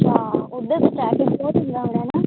ਅੱਛਾ